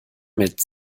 mit